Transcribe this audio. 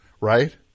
Right